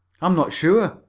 i'm not sure,